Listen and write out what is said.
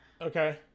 okay